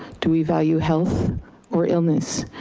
do we value health or illness?